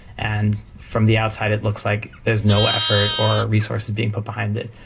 and from the outside it looks like there is no effort or resources being put behind it.